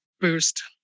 boost